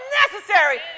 necessary